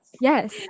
Yes